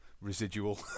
Residual